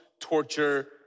torture